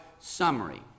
summary